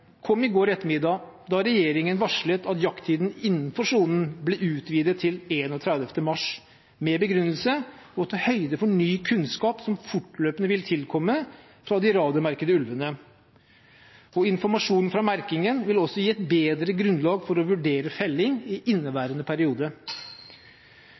kom i går ettermiddag, da regjeringen varslet at jakttiden innenfor sonen blir utvidet til 31. mars, med den begrunnelse å ta høyde for ny kunnskap som fortløpende vil tilkomme fra de radiomerkede ulvene. Informasjonen fra merkingen vil også gi et bedre grunnlag for å vurdere felling i